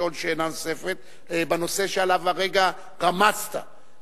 לשאול שאלה נוספת בנושא שעליו רמזת הרגע.